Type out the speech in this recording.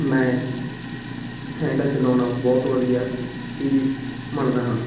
ਮੈਂ ਸਾਈਕਲ ਚਲਾਉਣਾ ਬਹੁਤ ਵਧੀਆ ਚੀਜ਼ ਮੰਨਦਾ ਹਾਂ